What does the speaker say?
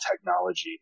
technology